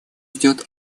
идет